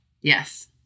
Yes